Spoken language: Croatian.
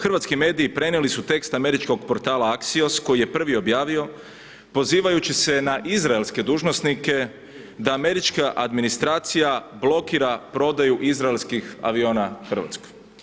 Hrvatski mediji prenijeli su tekst američkog portala Axios koji je prvi objavio pozivajući se na izraelske dužnosnike da američka administracija blokira prodaju izraelskih aviona Hrvatskoj.